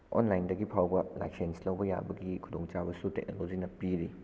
ꯑꯣꯟꯂꯥꯏꯟꯗꯒꯤ ꯐꯥꯎꯕ ꯂꯥꯏꯁꯦꯟꯁ ꯂꯧꯕ ꯌꯥꯕꯒꯤ ꯈꯨꯗꯣꯡ ꯆꯥꯕꯁꯨ ꯇꯦꯛꯅꯣꯂꯣꯖꯤꯅ ꯄꯤꯔꯤ